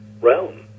realm